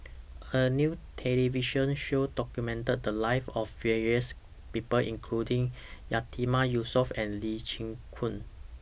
A New television Show documented The Lives of various People including Yatiman Yusof and Lee Chin Koon